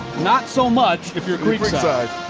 not so much if you're creekside.